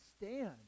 stand